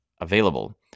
available